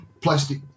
plastic